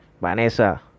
Vanessa